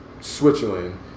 Switzerland